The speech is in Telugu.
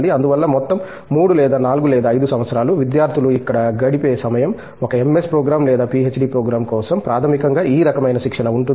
అందువల్ల మొత్తం 3 లేదా 4 లేదా 5 సంవత్సరాలు విద్యార్థులు ఇక్కడ గడిపే సమయం ఒక MS ప్రోగ్రామ్ లేదా పీహెచ్డీ ప్రోగ్రామ్ కోసం ప్రాథమికంగా ఈ రకమైన శిక్షణ ఉంటుంది